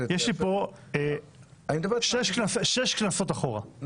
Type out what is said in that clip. --- יש לי פה נתונים משש כנסות אחורה,